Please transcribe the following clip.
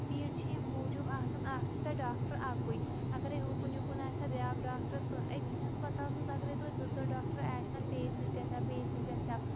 بھیٖڑ چھِ اَمہِ موٗجوٗب آسان اکھ چھُ تَتہِ ڈاکٹر اَکُے اگرَے ہُکُن یُکُن آسہِ ہا بیٛاکھ ڈاکٹر سٲ أکۍسٕے ہسپتالس منٛز اگرَے توتہِ زٕ ژور ڈاکٹر آسن بیٚیِس نِش گژھِ ہا بیٚیِس نِش گژھِ ہا